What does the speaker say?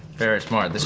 very smart,